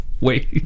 Wait